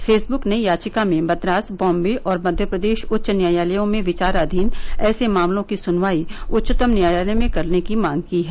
Facebook ने याचिका में मद्रास बाम्बे और मध्यप्रदेश उच्च न्यायालयों में विचाराधीन ऐसे मामलों की सुनवाई उच्चतम न्यायालय में करने की मांग की है